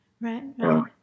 Right